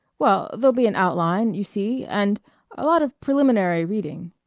well, there'll be an outline, you see and a lot of preliminary reading.